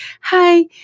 hi